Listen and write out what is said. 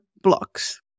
blocks